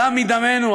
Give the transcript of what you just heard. דם מדמנו,